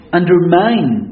undermine